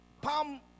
palm